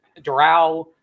Doral